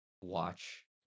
watch